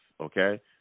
okay